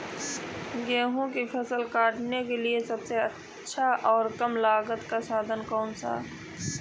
गेहूँ की फसल काटने के लिए सबसे अच्छा और कम लागत का साधन बताएं?